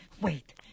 wait